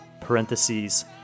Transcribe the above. parentheses